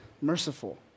merciful